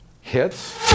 Hits